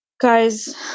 Guys